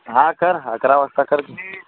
हां कर अकरा वाजता कर